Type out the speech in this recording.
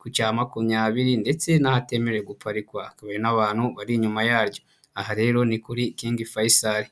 ku cya makumyabiri ndetse n'ahatemerewe guparikwa hakaba hari n'abantu bari inyuma yaryo, aha rero ni kuri King Faisal.